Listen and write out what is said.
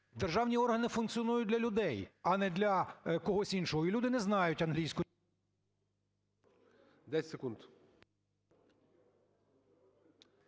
державні органи функціонують для людей, а не для когось іншого, і люди не знають англійської… ГОЛОВУЮЧИЙ.